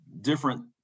different